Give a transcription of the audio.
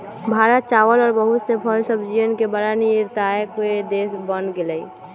भारत चावल और बहुत से फल सब्जियन के बड़ा निर्यातक देश बन गेलय